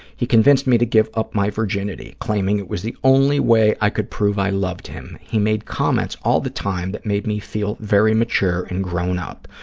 he convinced me to give up my virginity, claiming it was the only way i could prove i loved him. he made comments all the time that made me feel very mature and grown up,